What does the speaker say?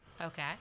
Okay